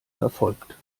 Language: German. verfolgt